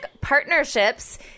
partnerships